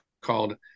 called